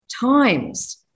times